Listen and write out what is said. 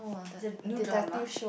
is it new drama